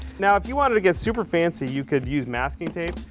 now if you wanted to get super fancy you could use masking tape,